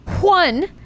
one